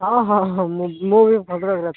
ହଁ ହଁ ହଁ ମୁଁ ବି ଭଦ୍ରକରେ ଅଛି